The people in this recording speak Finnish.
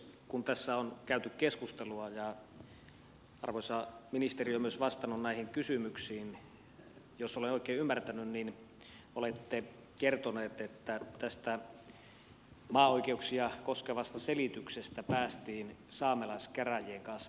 kun tässä on käyty keskustelua ja arvoisa ministeri on myös vastannut näihin kysymyksiin niin jos olen oikein ymmärtänyt olette kertonut että tästä maaoikeuksia koskevasta selityksestä päästiin saamelaiskäräjien kanssa yhteisymmärrykseen